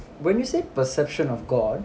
when you say perception of god